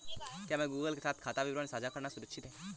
क्या गूगल के साथ खाता विवरण साझा करना सुरक्षित है?